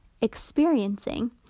experiencing